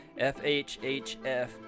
FHHF